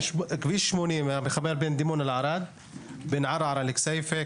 כביש 80 מחבר בין דימונה לערד ובין ערערה לכסיפה.